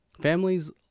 Families